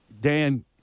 Dan